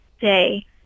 day